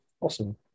Awesome